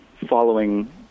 following